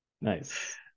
Nice